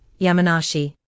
Yamanashi